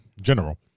General